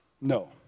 No